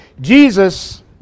Jesus